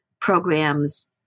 program's